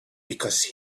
because